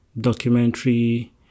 documentary